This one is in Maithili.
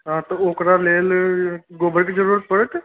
हँ त ओकरा लेल गोबर के जरूरत परत